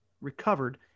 recovered